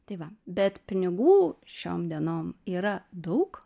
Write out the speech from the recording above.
tai va bet pinigų šiom dienom yra daug